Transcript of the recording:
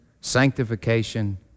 sanctification